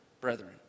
brethren